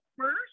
first